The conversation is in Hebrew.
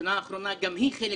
שהבחינה האחרונה גם היא חלק